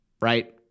right